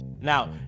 Now